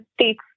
states